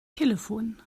telefon